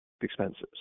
expenses